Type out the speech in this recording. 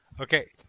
Okay